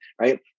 right